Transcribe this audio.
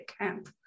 camp